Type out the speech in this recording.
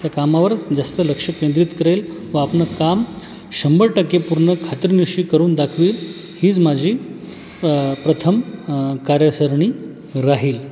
त्या कामावरच जास्त लक्ष केंद्रित करेल व आपलं काम शंभर टक्के पूर्ण खात्रीनूशी करून दाखवील हीच माझी अ प्रथम अ कार्यसरणी राहील